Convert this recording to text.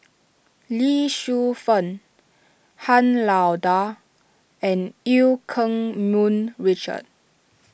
Lee Shu Fen Han Lao Da and Eu Keng Mun Richard